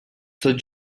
tot